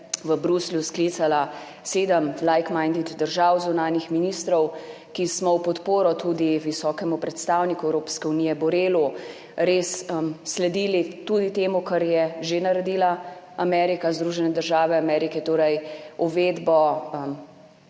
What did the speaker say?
v Bruslju sklicala sedem like-minded držav zunanjih ministrov, ki smo v podporo tudi visokemu predstavniku Evropske unije Borrellu res sledili tudi temu, kar je že naredila Amerika, Združene države Amerike, torej uvedbi